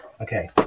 Okay